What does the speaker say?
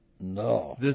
No